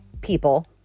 people